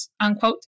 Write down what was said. unquote